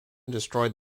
destroyed